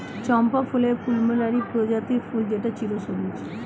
চম্পা ফুল প্লুমেরিয়া প্রজাতির ফুল যেটা চিরসবুজ